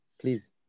Please